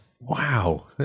Wow